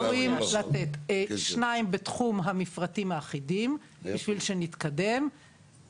שניים בתחום המפרטים האחידים כדי שנתקדם,